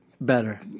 better